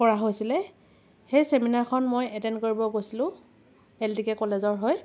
কৰা হৈছিলে সেই চেমিনাৰখন মই এটেণ্ড কৰিব গৈছিলোঁ এল টি কে কলেজৰ হৈ